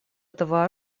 этого